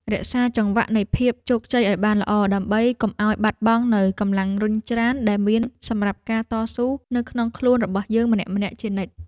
រក្សាចង្វាក់នៃភាពជោគជ័យឱ្យបានល្អដើម្បីកុំឱ្យបាត់បង់នូវកម្លាំងរុញច្រានដែលមានសម្រាប់ការតស៊ូនៅក្នុងខ្លួនរបស់យើងម្នាក់ៗជានិច្ច។